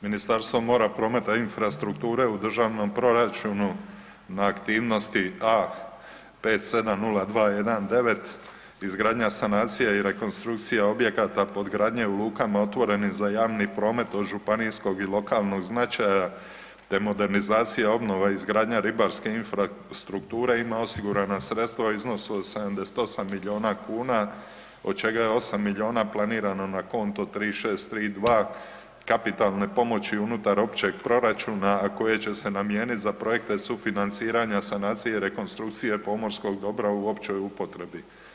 Ministarstvo mora, prometa i infrastrukture u državnom proračunu na aktivnosti A570219 izgradnja, sanacija i rekonstrukcija objekata pod gradnje u lukama otvorenim za javni promet od županijskog i lokalnoj značaja te modernizacija, obnova i izgradnja ribarske infrastrukture ima osigurana sredstva u iznosu od 78 milijuna kuna od čega je 8 milijuna planirano na konto 3632 kapitalne pomoći unutar općeg proračuna a koje će se namijeniti za projekte sufinanciranja, sanacije i rekonstrukcije pomorskog dobra u općoj upotrebi.